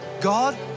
God